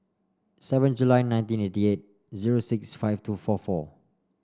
seven July nineteen eighty eight zero six five two four four